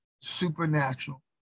supernatural